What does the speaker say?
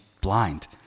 blind